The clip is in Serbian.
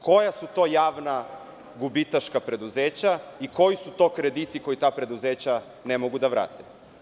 Koja su to javna gubitaška preduzeća i koji su to krediti koji ta preduzeća ne mogu da vrate?